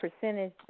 percentage